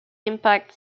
impact